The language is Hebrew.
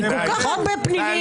כל כך הרבה פנינים.